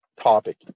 topic